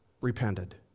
repented